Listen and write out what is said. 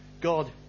God